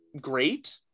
great